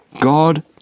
God